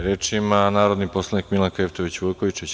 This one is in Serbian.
Reč ima narodni poslanik Milanka Jevtović Vukojičić.